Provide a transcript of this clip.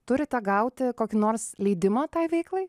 turite gauti kokį nors leidimą tai veiklai